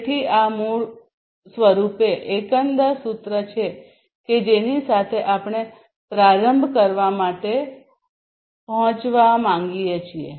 તેથી આ મૂળરૂપે એકંદર સૂત્ર છે કે જેની સાથે આપણે પ્રારંભ કરવા માટે પહોંચવા માંગીએ છીએ